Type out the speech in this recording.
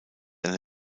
eine